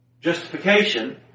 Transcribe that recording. justification